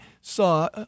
saw